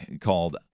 called